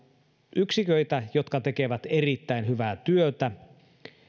yksiköitä jotka tekevät erittäin hyvää työtä